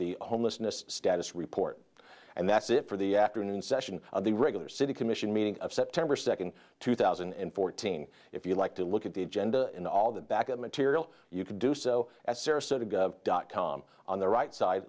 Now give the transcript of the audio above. the homelessness status report and that's it for the afternoon session of the regular city commission meeting of september second two thousand and fourteen if you like to look at the agenda in all the back of material you can do so at sarasota gov dot com on the right side